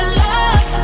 love